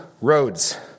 roads